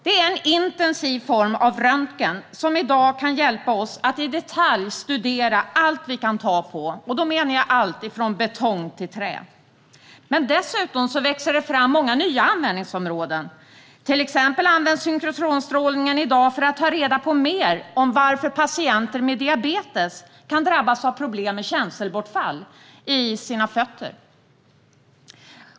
Det är en intensiv form av röntgen, som i dag kan hjälpa oss att i detalj studera allt vi kan ta på, från betong till trä. Dessutom växer många nya användningsområden fram. Synkrotronstrålningen används i dag till exempel för att ta reda på mer om varför patienter med diabetes kan drabbas av problem med känselbortfall i fötterna.